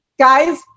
Guys